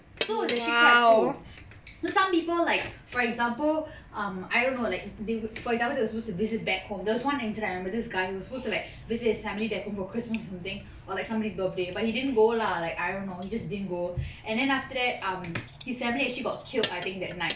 so it was actually quite cool so some people like for example um I don't know like for example they were supposed to visit back home there was one incident I remember this guy who was supposed to like visit his family back home for christmas or something or like somebody's birthday but he didn't go lah like I don't know he just didn't go and then after that um his family actually got killed I think that night